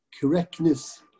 correctness